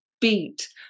beat